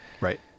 Right